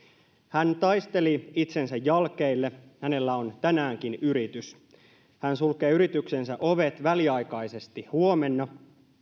hän taisteli itsensä jalkeille hänellä on tänäänkin yritys hän sulkee yrityksensä ovet väliaikaisesti huomenna